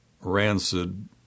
rancid